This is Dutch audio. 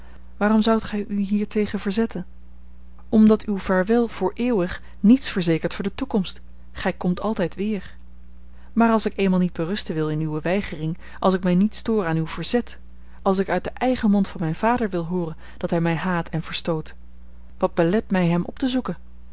waarom zoudt gij u hiertegen verzetten omdat uw vaarwel voor eeuwig niets verzekert voor de toekomst gij komt altijd weer maar als ik eenmaal niet berusten wil in uwe weigering als ik mij niet stoor aan uw verzet als ik uit den eigen mond van mijn vader wil hooren dat hij mij haat en verstoot wat belet mij hem op te zoeken